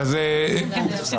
אין בעיה.